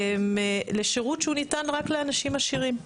לשירות שהוא ניתן רק לאנשים עשירים.